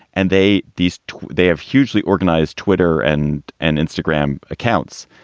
and they these they have hugely organized twitter and and instagram accounts.